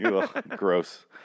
Gross